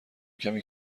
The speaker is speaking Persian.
کمی